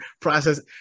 process